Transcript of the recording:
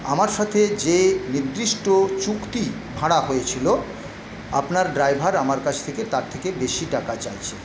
আমার সাথে যে নির্দিষ্ট চুক্তি ভাড়া হয়েছিলো আপনার ড্রাইভার আমার কাছ থেকে তার থেকে বেশি টাকা চাইছে